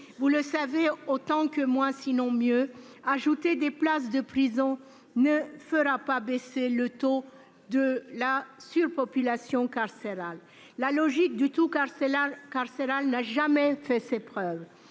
Vous le savez autant que moi, sinon mieux : la création de nouvelles places de prison ne fera pas baisser le taux de surpopulation carcérale. La logique du « tout carcéral » n'a jamais fait ses preuves.